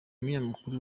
umunyamakuru